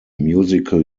musical